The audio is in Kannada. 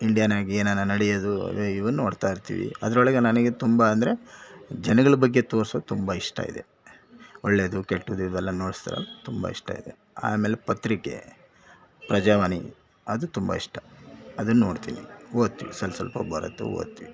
ಇಂಡಿಯಾನಾಗೆ ಏನೇನೋ ನಡೆಯೋದು ಅವು ಇವು ನೋಡ್ತಾಯಿರ್ತೀವಿ ಅದ್ರೊಳಗೆ ನನಗೆ ತುಂಬ ಅಂದರೆ ಜನಗಳ ಬಗ್ಗೆ ತೋರ್ಸೋದು ತುಂಬ ಇಷ್ಟ ಇದೆ ಒಳ್ಳೇದು ಕೆಟ್ಟದ್ದು ಇವೆಲ್ಲ ನೋಡಿಸ್ತೇವು ತುಂಬ ಇಷ್ಟ ಇದೆ ಆಮೇಲೆ ಪತ್ರಿಕೆ ಪ್ರಜಾವಾಣಿ ಅದು ತುಂಬ ಇಷ್ಟ ಅದನ್ನ ನೋಡ್ತೀನಿ ಓದ್ತೀನಿ ಸ್ವಲ್ಪ ಸ್ವಲ್ಪ ಬರುತ್ತೆ ಓದ್ತೀನಿ